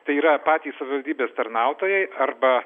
tai yra patys savivaldybės tarnautojai arba